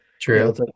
true